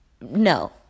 No